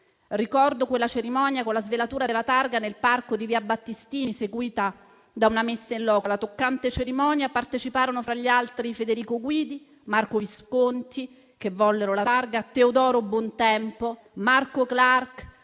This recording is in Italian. ricordo quella cerimonia con la svelatura della targa nel parco di via Battistini, seguita da una messa *in loco.* Alla toccante cerimonia parteciparono fra gli altri Federico Guidi e Marco Visconti, che vollero la targa, Teodoro Bontempo, Marco Clark,